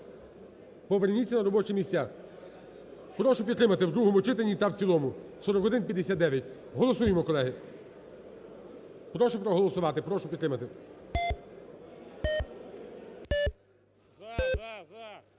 Поверніться на робочі місця. Прошу підтримати в другому читанні та в цілому 4159. Голосуємо, колеги. Прошу проголосувати. Прошу підтримати. 17:04:49